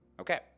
Okay